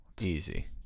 Easy